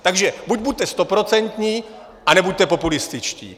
Takže buď buďte stoprocentní a nebuďte populističtí.